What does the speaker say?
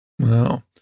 Wow